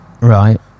right